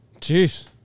Jeez